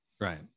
Right